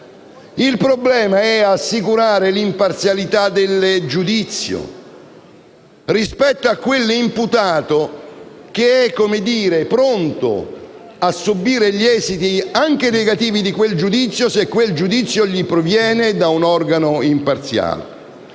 Il problema è assicurare l'imparzialità del giudizio rispetto ad un imputato che è pronto a subire gli esiti anche negativi di tale giudizio se esso proviene da un organo imparziale.